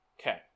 Okay